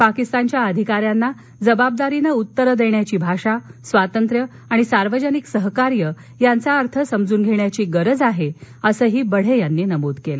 पाकिस्तानच्या अधिकाऱ्यांना जबाबदारीनं उत्तरे देण्याची भाषा स्वातंत्र्य आणि सार्वजनिक सहकार्य यांचा अर्थ समजून घेण्याची गरज आहे असंही बढे यांनी नमूद केलं